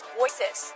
voices